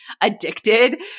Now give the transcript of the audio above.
addicted